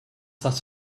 that